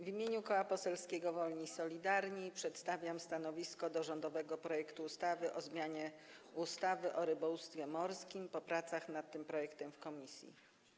W imieniu Koła Poselskiego Wolni i Solidarni przedstawiam stanowisko wobec rządowego projektu ustawy o zmianie ustawy o rybołówstwie morskim po pracach nad tym projektem w komisji.